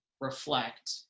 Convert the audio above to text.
reflect